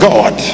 God